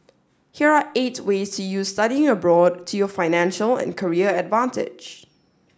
here are eight ways to use studying abroad to your financial and career advantage